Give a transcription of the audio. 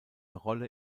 rolle